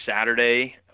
Saturday